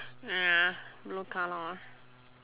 blue colour